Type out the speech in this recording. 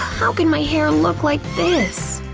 how can my hair look like this?